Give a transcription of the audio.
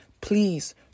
please